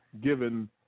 given